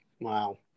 Wow